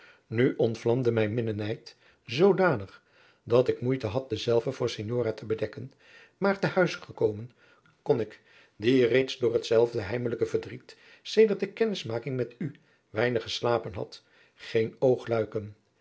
nu ontvlamde mijn minnenijd zoodanig dat ik moeite had denzelven voor signora te bedekken maar te huis gekomen kon ik die reeds door hetzelfde heimelijk verdriet sedert de kennismaking met u weinig geslapen had geen oog luiken